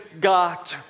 God